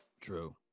True